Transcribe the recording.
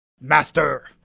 master